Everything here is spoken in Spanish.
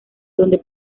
donde